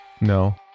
No